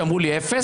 כשאמרו לי "אפס",